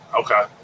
okay